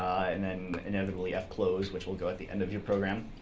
and then, inevitably, fclosed, which will go at the end of your program,